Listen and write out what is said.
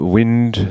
Wind